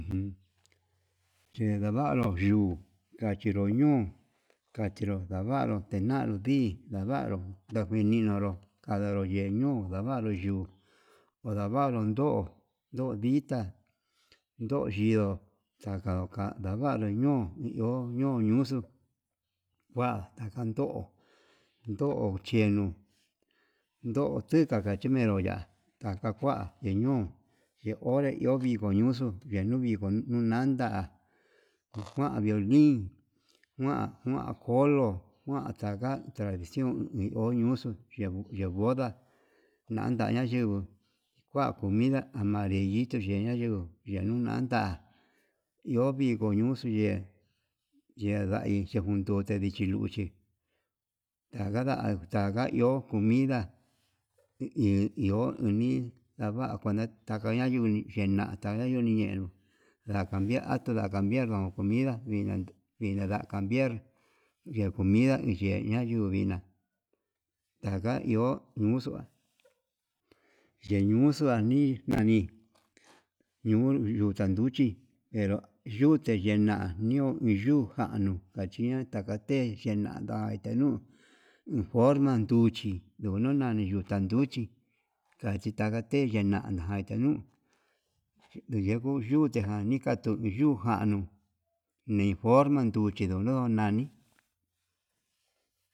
Yendavaruu yuu kachinro ñuu, kanchinro ndavanru tena'a ndi'i navaru kaje ñiñonru kandaro yeñuu, ndukavru yuu ondavaruu ndo'o, ndo'o dita ndo'o yindo xaka oka ndavaruu ñuu ñuu iho ñuu ñuxuu, kuan takando ndo'o chenuu ndoo tika ndachimero ya'á, taka kua teñuu ye'e onre yuu viko ñuxuu yenuu viku nunanda okuan violin, kuan kuan kolo kuan ndaga tradición nio niuxu yenguo, ye'e boda nanda nayinguu kua comida amarillito yeña yuu, yeun nanda iho viko ñuxu ye'e yenda iin chinundute hí chiluchi tanga nda'a tanga iho comida iho unii ndava'a taka ña'a yunii yena kaya yeñuñe, nda cambiar atundu nda cambiar nuu comida vinan vinan nada cambiar, ña'a comida yuye ya'a yuu yuvina ndaka iho muxua, yenuu muxua nii nani ñuu nuta nruchí yenruu yute yana'a niu nuu januu ñajina takachen yee nada enuu forma nduuchi yonuu nanuu ndutan nduchí tachí taka te'e yenana natanuu ndiyenguo yute najan nditanuu yujanuu ni forma nduchi nunu nani.